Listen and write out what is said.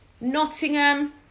Nottingham